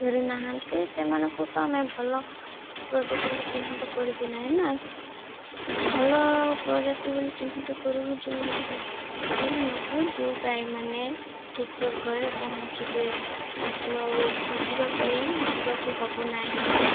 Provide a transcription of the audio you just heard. କରୁନାହାନ୍ତି ସେମାନଙ୍କୁ ତ ଆମେ ଭଲ ପ୍ରଜାତି ବୋଲି ଚିହ୍ନଟ କରିବୁ ନାହିଁ ନା ଭଲ ପ୍ରଜାତି ବୋଲି ଚିହ୍ନଟ କରିବୁ ଯେଉଁ ସେଇମାନଙ୍କୁ ଯେଉଁ ଗାଈମାନେ ଠିକ୍ରେ ଘରେ ପହଞ୍ଚିବେ ତାକୁ ଆଉ ଖୋଜିବା ପାଇଁ ଯିବାକୁ ହେବ ନାହିଁ